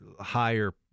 higher